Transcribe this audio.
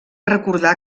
recordar